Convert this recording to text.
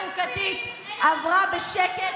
המהפכה החוקתית עברה בשקט,